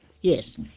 Yes